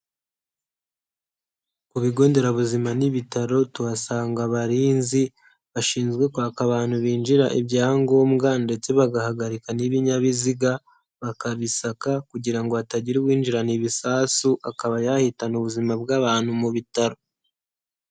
Ku bigo nderabuzima n'ibitaro tuhasanga abarinzi bashinzwe kwaka abantu binjira ibyangombwa ndetse bagahagarika n'ibinyabiziga bakabisaka, kugirango hatagira uwinjirana ibisasu akaba yahitana ubuzima bw'abantu mu bitaro.